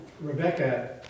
Rebecca